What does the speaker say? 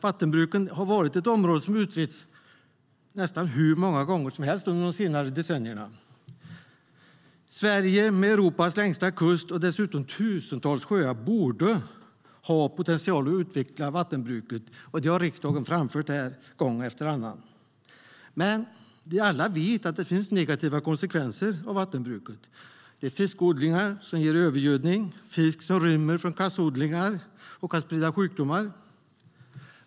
Vattenbruket är ett område som har utretts nästan hur många gånger som helst under de senare decennierna. Sverige, med Europas längsta kust och dessutom tusentals sjöar, borde ha potential att utveckla vattenbruket. Det har riksdagen framfört gång efter annan. Men vi vet alla att det även finns negativa konsekvenser av vattenbruket. Fiskodlingar ger övergödning, och fisk rymmer från kassodlingar och kan sprida sjukdomar.